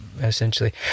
essentially